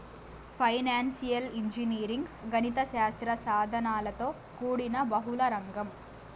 financial engineering గణిత శాస్త్ర సాధనలతో కూడిన బహుళ రంగం